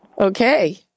Okay